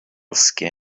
skin